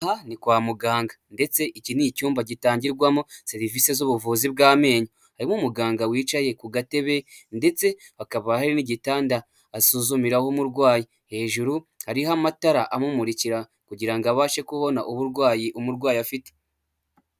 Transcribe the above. Ni kwa muganga, ndetse iki ni icyumba gitangirwamo serivisi z'ubuvuzi bw'amenyo, harimo umuganga wicaye ku gatebe, ndetse hakaba hari n'igitanda asuzumiraho umurwayi hejuru hariho amatara amumurikira kugira abashe kubona uburwayi umurwayi afite.